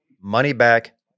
money-back